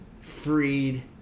freed